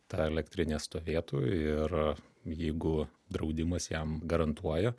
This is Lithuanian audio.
ta elektrinė stovėtų ir jeigu draudimas jam garantuoja